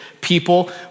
people